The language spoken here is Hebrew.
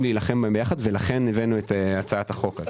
להילחם בהן יחד ולכן הבאנו את הצעת החוק.